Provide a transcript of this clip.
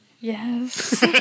Yes